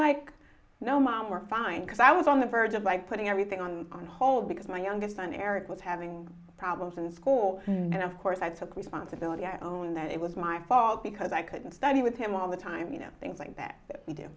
know mom worked fine because i was on the verge of by putting everything on hold because my youngest son eric was having problems in school and of course i took responsibility i own that it was my fault because i couldn't study with him all the time you know things like